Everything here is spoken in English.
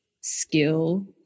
skill